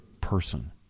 person